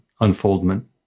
unfoldment